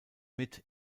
mit